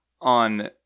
on